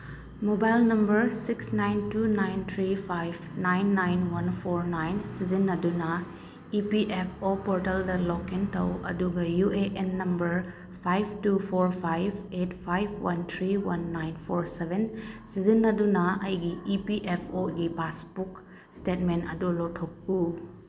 mobile number six nine two nine three five nine nine one four nine ꯁꯤꯖꯤꯟꯅꯗꯨꯅ E P F O ꯄꯣꯔꯇꯦꯜꯗ log in ꯇꯧ ꯑꯗꯨꯒ U A N number five two four five eight five one three one nine four seven ꯁꯤꯖꯤꯟꯅꯗꯨꯅ ꯑꯩꯒꯤ E P F ꯑꯣꯒꯤ passbook statement ꯑꯗꯨ ꯂꯧꯊꯣꯛꯎ